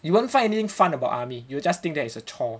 you won't find anything fun about army you will just think that is a chore